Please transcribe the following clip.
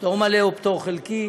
פטור מלא או פטור חלקי,